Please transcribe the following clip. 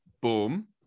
boom